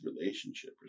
relationship